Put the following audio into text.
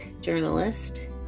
journalist